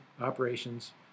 operations